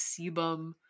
sebum